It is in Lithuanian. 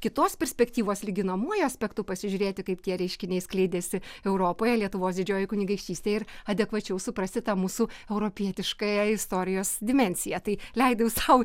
kitos perspektyvos lyginamuoju aspektu pasižiūrėti kaip tie reiškiniai skleidėsi europoje lietuvos didžiojoj kunigaikštystėj ir adekvačiau suprasti tą mūsų europietiškąją istorijos dimensiją tai leidau sau